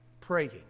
praying